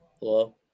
Hello